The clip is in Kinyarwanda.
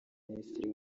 minisitiri